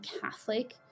Catholic